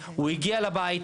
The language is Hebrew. הוא הגיע לבית,